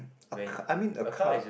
I mean a car